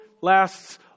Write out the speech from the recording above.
lasts